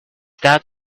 that